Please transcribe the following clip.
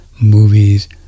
movies